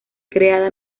creada